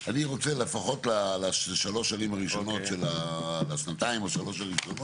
בעקבות יוזמה של יושב ראש הוועדה בתפקידו כחבר אופוזיציה בכנסת הקודמת,